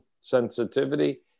sensitivity